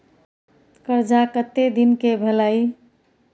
कर्जा कत्ते दिन के भेलै?